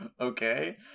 okay